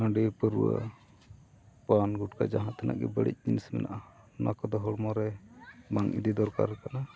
ᱦᱟᱺᱰᱤ ᱯᱟᱹᱣᱨᱟᱹ ᱯᱟᱱ ᱜᱩᱴᱠᱟ ᱡᱟᱦᱟᱸ ᱛᱤᱱᱟᱹᱜ ᱜᱮ ᱵᱟᱹᱲᱤᱡ ᱡᱤᱱᱤᱥ ᱢᱮᱱᱟᱜᱼᱟ ᱱᱚᱣᱟ ᱠᱚᱫᱚ ᱦᱚᱲᱢᱚ ᱨᱮ ᱵᱟᱝ ᱤᱫᱤ ᱫᱚᱨᱠᱟᱨ ᱠᱟᱱᱟ